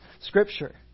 Scripture